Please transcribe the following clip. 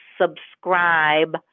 subscribe